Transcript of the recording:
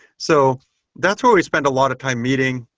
so that's really spend a lot of time meeting,